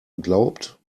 glaubt